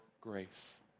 grace